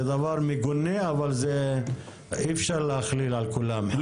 זה דבר מגונה אבל אי אפשר להכליל על כולם.